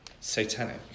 satanic